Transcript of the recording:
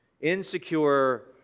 insecure